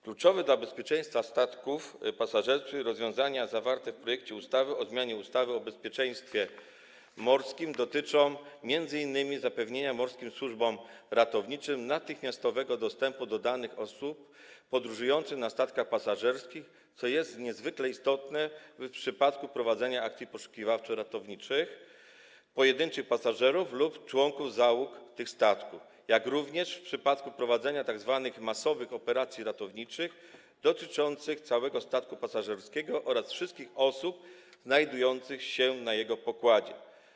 Kluczowe dla bezpieczeństwa statków pasażerskich rozwiązania zawarte w projekcie ustawy o zmianie ustawy o bezpieczeństwie morskim dotyczą m.in. zapewnienia morskim służbom ratowniczym natychmiastowego dostępu do danych osób podróżujących na statkach pasażerskich, co jest niezwykle istotne w przypadku prowadzenia akcji poszukiwawczo-ratowniczych pojedynczych pasażerów lub członków załóg tych statków, jak również w przypadku prowadzenia tzw. masowych operacji ratowniczych dotyczących całego statku pasażerskiego oraz wszystkich osób znajdujących się na jego pokładzie.